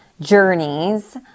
journeys